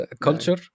culture